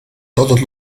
todos